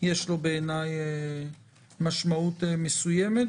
יש לו בעיניי משמעות מסוימת.